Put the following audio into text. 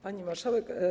Pani Marszałek!